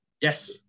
yes